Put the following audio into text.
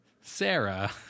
Sarah